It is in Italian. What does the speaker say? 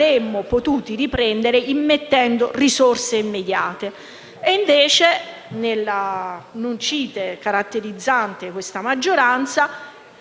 questi tagli immettendo risorse immediate. Invece, nell'"annuncite" caratterizzante questa maggioranza,